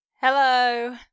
Hello